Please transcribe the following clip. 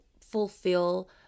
fulfill